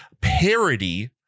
parody